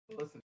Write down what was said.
Listen